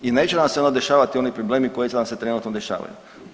I neće nam se onda dešavati oni problemi koji nam se trenutno dešavaju.